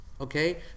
Okay